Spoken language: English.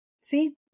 see